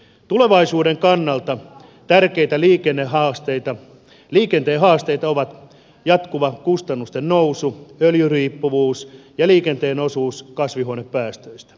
tulevaisuuden kannalta tärkeitä liikenteen haasteita ovat jatkuva kustannusten nousu öljyriippuvuus ja liikenteen osuus kasvihuonepäästöistä